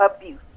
abuse